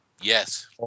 Yes